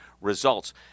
results